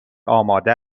آماده